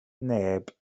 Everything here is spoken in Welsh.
neb